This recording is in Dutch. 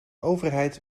overheid